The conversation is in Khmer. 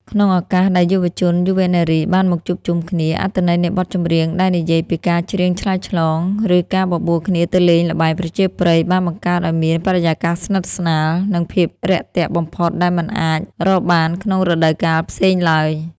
ក្នុងឱកាសដែលយុវជនយុវនារីបានមកជួបជុំគ្នា អត្ថន័យនៃបទចម្រៀងដែលនិយាយពីការច្រៀងឆ្លើយឆ្លង ឬការបបួលគ្នាទៅលេងល្បែងប្រជាប្រិយ បានបង្កើតឱ្យមានបរិយាកាសស្និទ្ធស្នាល និងភាពរាក់ទាក់បំផុតដែលមិនអាចរកបានក្នុងរដូវកាលផ្សេងឡើយ។